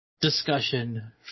discussion